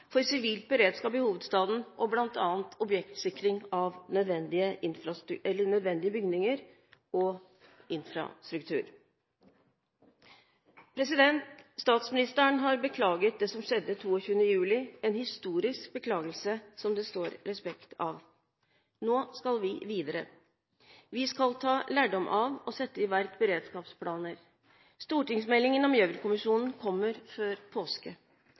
for et sivilt beredskap i hovedstaden, bl.a. for objektsikring av nødvendige bygninger og infrastruktur. Statsministeren har beklaget det som skjedde 22. juli – en historisk beklagelse som det står respekt av. Nå skal vi videre. Vi skal ta lærdom av og sette i verk beredskapsplaner. Stortingsmeldingen om Gjørv-kommisjonen kommer før påske.